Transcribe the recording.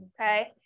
Okay